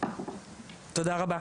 תודה רבה.